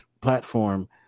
platform